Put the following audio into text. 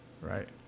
right